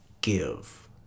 give